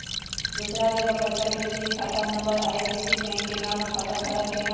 दूसरा जगह पईसा भेजे में खाता नं, आई.एफ.एस.सी, बैंक के नाम, और खाता धारक के नाम?